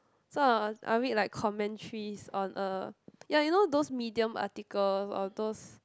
so I I was I read like commentaries on a ya you know those medium article or those